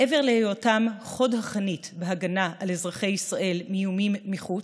מעבר להיותם חוד החנית בהגנה על אזרחי ישראל מאיומים מחוץ,